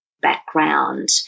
background